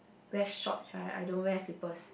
wear shorts right I don't wear slippers